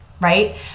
right